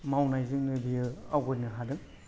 मावनायजोंनो बियो आवगायनो हादों